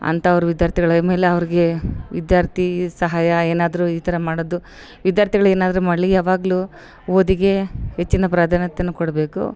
ಅಂಥವ್ರ್ ವಿದ್ಯಾರ್ಥಿಗಳ ಮೇಲೆ ಅವ್ರಿಗೆ ವಿದ್ಯಾರ್ಥಿ ಸಹಾಯ ಏನಾದರು ಈ ಥರ ಮಾಡೋದು ವಿದ್ಯಾರ್ಥಿಗಳ್ ಏನಾದರು ಮಾಡಲಿ ಯಾವಾಗಲು ಓದಿಗೆ ಹೆಚ್ಚಿನ ಪ್ರಾಧಾನ್ಯತೆಯನ್ನ ಕೊಡಬೇಕು